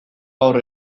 gaur